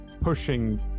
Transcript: pushing